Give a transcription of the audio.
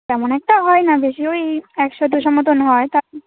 তেমন একটা হয় না বেশি ওই একশো দুশো মতোন হয় তা আপনি